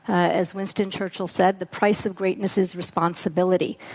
as winston churchill said, the price of greatness is responsibility.